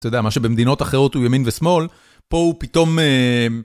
אתה יודע, מה שבמדינות אחרות הוא ימין ושמאל, פה הוא פתאום...